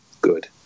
good